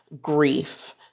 grief